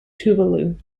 tuvalu